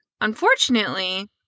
Unfortunately